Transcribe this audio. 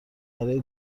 برای